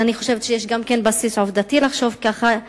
אבל אני חושבת שיש גם בסיס עובדתי לחשוב ככה,